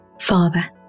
Father